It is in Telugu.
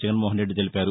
జగన్నోహన్ రెడ్డి తెలిపారు